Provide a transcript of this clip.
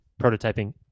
prototyping